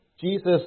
Jesus